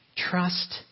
Trust